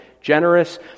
generous